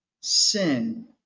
sin